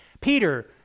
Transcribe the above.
Peter